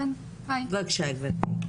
בבקשה, גברתי.